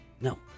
No